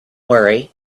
worry